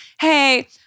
hey